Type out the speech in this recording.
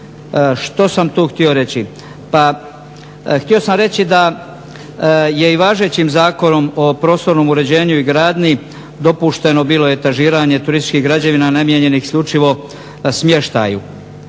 Što sam tu htio reći? Pa htio sam reći da je i važećim Zakonom o prostornom uređenju i gradnji dopušteno bilo etažiranje turističkih građevina namijenjenih isključivo smještaju.